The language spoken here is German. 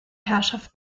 herrschaft